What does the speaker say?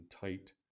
tight